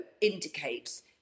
indicates